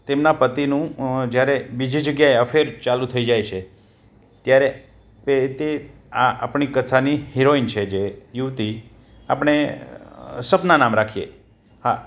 તેમના પતિનું જ્યારે બીજી જગ્યાએ અફેર ચાલુ થઈ જાય છે ત્યારે એ તે આ આપણી કથાની જે હીરોઈન છે જે યુવતી આપણે સપના નામ રાખીએ હા